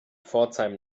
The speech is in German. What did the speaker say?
pforzheim